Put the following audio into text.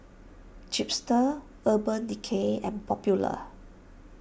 Chipster Urban Decay and Popular